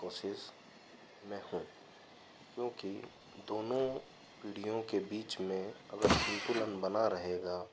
कि कोशिश में हूँ क्योंकि दोनों पीढ़ियों के बीच में अगर संतुलन बना रहेगा